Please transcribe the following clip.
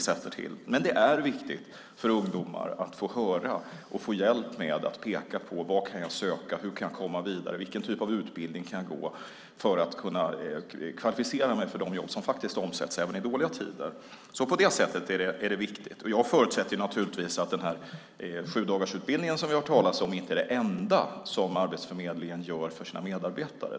Det är emellertid viktigt för ungdomar att få hjälp med, att någon pekar på, vilka jobb man kan söka, hur man kan komma vidare, vilken typ av utbildning man kan gå för att kunna kvalificera sig för de jobb som trots allt omsätts även i dåliga tider. På det sättet är coacherna viktiga. Jag förutsätter att den sjudagarsutbildning som vi hört talas om inte är det enda Arbetsförmedlingen gör för sina medarbetare.